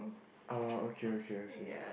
orh okay okay I see